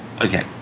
Okay